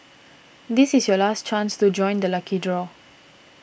this is your last chance to join the lucky draw